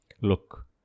Look